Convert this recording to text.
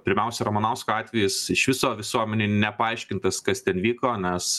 pirmiausia ramanausko atvejis iš viso visuomenei nepaaiškintas kas ten vyko nes